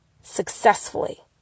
successfully